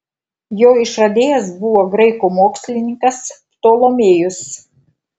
jo išradėjas buvo graikų mokslininkas ptolomėjus